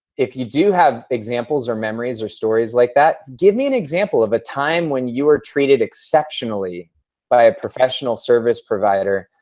if you do have examples or memories or stories like that, give me an example of a time when you were treated exceptionally by a professional service provider,